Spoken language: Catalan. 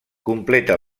completa